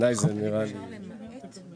הוא